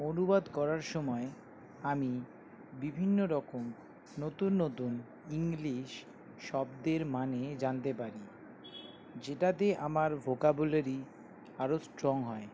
অনুবাদ করার সময় আমি বিভিন্ন রকম নতুন নতুন ইংলিশ শব্দের মানে জানতে পারি যেটাতে আমার ভোকাবুলারি আরো স্ট্রং হয়